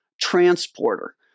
transporter